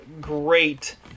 great